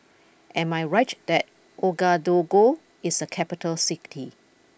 am I right that Ouagadougou is a capital city